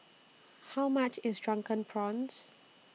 How much IS Drunken Prawns